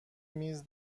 میز